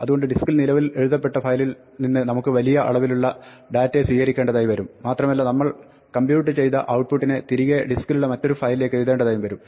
അതുകൊണ്ട് ഡിസ്ക്കിൽ നിലവിൽ എഴുതപ്പെട്ട ഒരു ഫയലിൽ നിന്ന് നമുക്ക് വലിയ അളവിലുള്ള ഡാറ്റയെ സ്വീകരിക്കേണ്ടതായി വരും മാത്രമല്ല നമ്മൾ കമ്പ്യൂട്ട് ചെയ്ത ഔട്ട്പുട്ടിനെ തിരികെ ഡിസ്ക്കിലുള്ള മറ്റൊരു ഫയലിലേക്ക് എഴുതേണ്ടതായും വരും